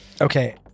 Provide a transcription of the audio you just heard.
Okay